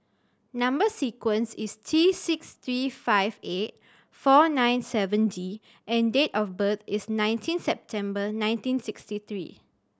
number sequence is T six three five eight four nine seven D and date of birth is nineteen September nineteen sixty three